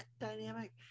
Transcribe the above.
dynamic